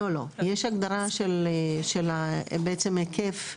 לא לא, יש הגדרה של בעצם היקף הפעילות,